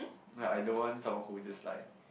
like I don't want someone who just like